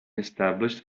established